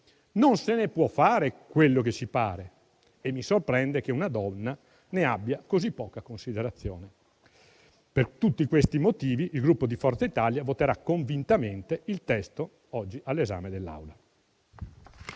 non se ne può fare quello che ci pare, e mi sorprende che una donna ne abbia così poca considerazione. Per tutti questi motivi, il Gruppo Forza Italia voterà convintamente il testo oggi all'esame dell'Aula.